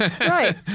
Right